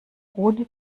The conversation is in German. ohne